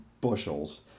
bushels